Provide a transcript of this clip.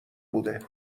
بوده